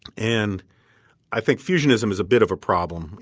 and i think fusionism is a bit of a problem.